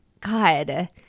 God